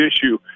issue